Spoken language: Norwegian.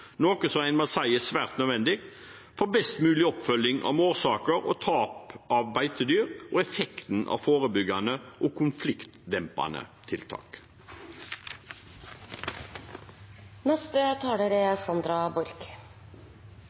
noe som er svært nødvendig for å få best mulig oppfølging av årsaker til tap av beitedyr og effekten av forebyggende og konfliktdempende tiltak. Rovviltforliket er